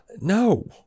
No